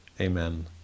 Amen